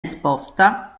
esposta